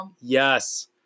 Yes